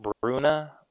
Bruna